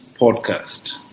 Podcast